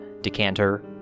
decanter